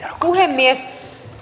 puhemies